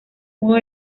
modo